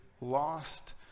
lost